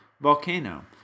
Volcano